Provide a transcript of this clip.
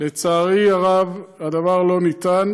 לצערי הרב, הדבר לא אפשרי.